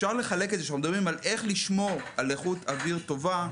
כשאנחנו מדברים על איך לשמור על איכות אוויר טובה,